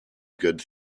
good